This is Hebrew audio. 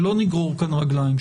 שלא נגרור פה רגליים.